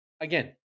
Again